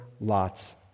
Lot's